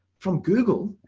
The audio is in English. from google.